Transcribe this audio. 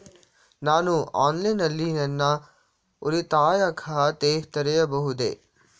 ನಾನು ಆನ್ಲೈನ್ ನಲ್ಲಿ ನನ್ನ ಉಳಿತಾಯ ಖಾತೆ ತೆರೆಯಬಹುದೇ?